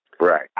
right